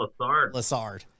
Lassard